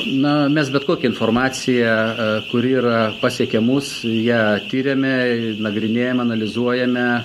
na mes bet kokią informaciją kuri yra pasiekia mus ją tiriame nagrinėjam analizuojame